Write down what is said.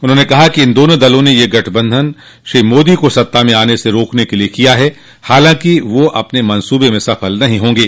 उन्होंने कहा कि इन दोनों दलों ने यह गठबंधन श्री मोदी को सत्ता में आने से रोकने के लिये किया है हालांकि यह अपने मंसूबे में सफल नहीं होंगे